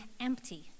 empty